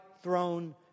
Throne